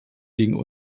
ging